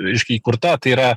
reiškia įkurta tai yra